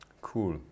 Cool